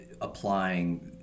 applying